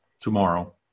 tomorrow